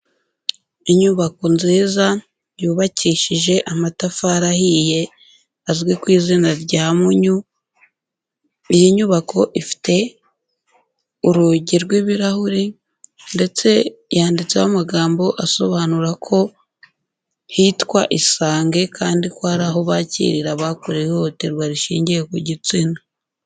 Inyubako nziza yubakishije amatafari ahiye, azwi ku izina rya mpunyu, iyi nyubako ifite urugi rw'ibirahure ndetse yanditseho amagambo asobanura ko hitwa isange kandi ko hari aho bakirira abakorewe ihohoterwa rishingiye ku gitsina.